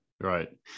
Right